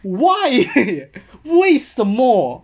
why 为什么